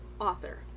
author